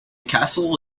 castle